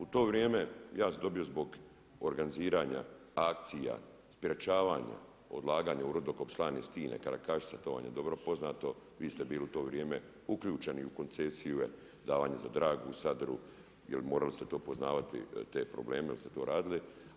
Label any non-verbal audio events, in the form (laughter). U to vrijeme, ja sam dobio zbog organiziranja akcija sprječavanja odlaganja u rudokop Slane stine, Karakašica to vam je dobro poznato, vi ste bili u to vrijeme uključeni u koncesije davanje za Dragu, … (unintelligible) jer morali ste to poznavati te probleme jer ste to radili.